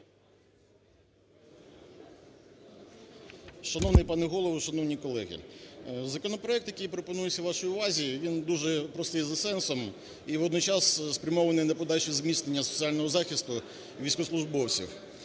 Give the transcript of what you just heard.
Шановний пане Голово, шановні колеги! Законопроект, який пропонується вашій увазі, він дуже простий за сенсом і водночас спрямований на подальше зміцнення соціального захисту військовослужбовців.